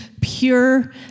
pure